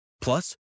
Plus